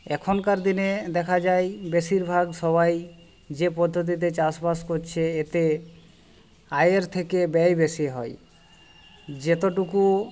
এখনকার দিনে দেখা যায় বেশিরভাগ সবাই যে পদ্ধতিতে চাষবাস করছে এতে আয়ের থেকে ব্যয় বেশি হয় যেতটুকু